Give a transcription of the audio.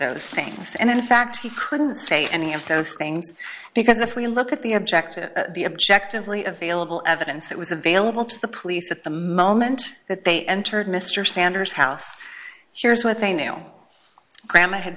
those things and in fact he couldn't say any of those things because if we look at the objective the objective lee available evidence that was available to the police at the moment that they entered mr sanders house shares with a nail grandma had